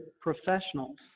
professionals